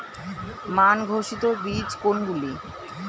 মান ঘোষিত বীজ কোনগুলি?